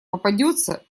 попадется